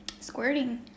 Squirting